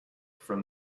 from